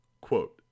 Quote